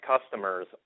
customers